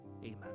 Amen